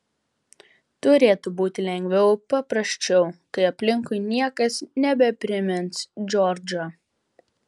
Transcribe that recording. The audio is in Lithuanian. turėtų būti lengviau paprasčiau kai aplinkui niekas nebeprimins džordžo